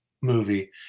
movie